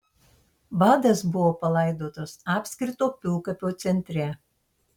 vadas buvo palaidotas apskrito pilkapio centre